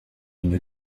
une